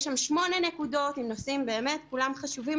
יש שם שמונה נקודות עם נושאים שבאמת כולם חשובים,